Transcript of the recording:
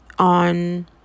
on